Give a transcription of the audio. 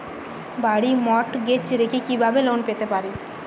বাড়ি মর্টগেজ রেখে কিভাবে লোন পেতে পারি?